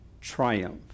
triumph